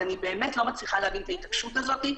אז אני באמת לא מצליחה להבין את ההתעקשות הזאת.